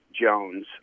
Jones